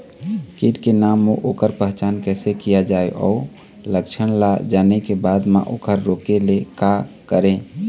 कीट के नाम अउ ओकर पहचान कैसे किया जावे अउ लक्षण ला जाने के बाद मा ओकर रोके ले का करें?